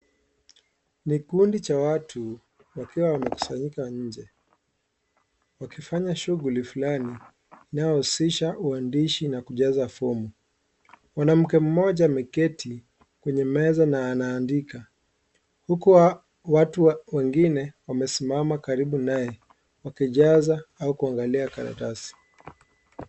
Ni kundi cha watu wakiwa wamekusanyika nje. Wakifanya shughuli fulani inayohusisha uandishi na kujaza fomu. Mwanamke mmoja ameketi kwenye meza na anaandika huku watu wengine wamesimama karibu naye wakijaza au kuangalia karatasi.